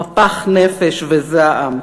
מפח נפש וזעם.